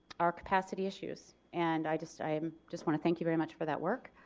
our capacity issues and i just i um just want to thank you very much for that work.